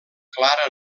clara